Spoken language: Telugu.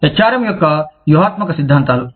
HRM యొక్క వ్యూహాత్మక సిద్ధాంతాలు